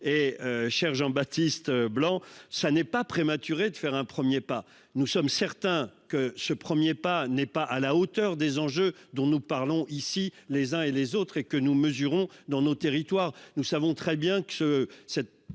et cher Jean Baptiste blanc ça n'est pas prématuré de faire un 1er pas nous sommes certains que ce 1er pas n'est pas à la hauteur des enjeux dont nous parlons ici les uns et les autres et que nous mesurons dans nos territoires, nous savons très bien que cette